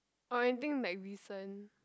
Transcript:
or anything like recent